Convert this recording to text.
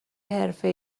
حرفه